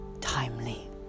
Timely